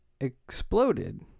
exploded